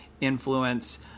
influence